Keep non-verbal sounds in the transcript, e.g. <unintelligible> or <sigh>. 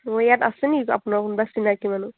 <unintelligible> ইয়াত আছে নি আপোনাৰ কোনোবা চিনাকী মানুহ